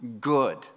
good